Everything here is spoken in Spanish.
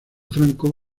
franco